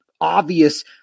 obvious